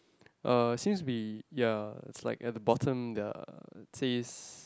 uh seems to be ya it's like at the bottom the yeah it says